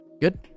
good